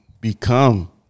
become